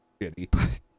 shitty